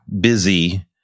busy